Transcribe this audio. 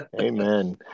Amen